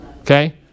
Okay